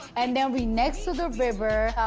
and then we next to the river.